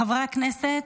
חברי הכנסת,